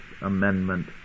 Amendment